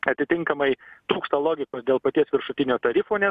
atitinkamai trūksta logikos dėl paties viršutinio tarifo nes